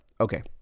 Okay